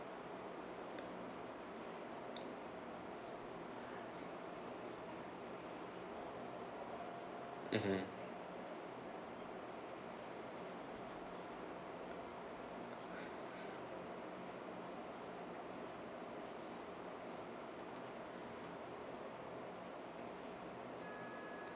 mmhmm